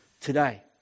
Today